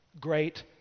great